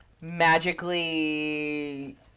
magically